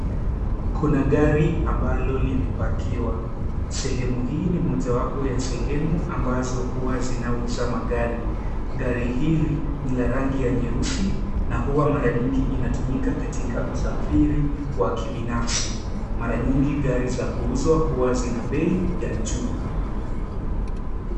Kuna gari ambalo limepakiwa. Sehemu hii ni mojawapo ya sehemu ambazo huwa zinauza magari. Gari hili ni la rangi ya nyeusi na huwa mara nyingi inatumika katika usafiri wa kibinafsi. Mara nyingi gari za kuuzwa huwa zina bei ya juu.